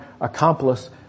accomplice